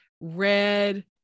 red